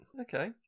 Okay